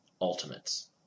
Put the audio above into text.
ultimates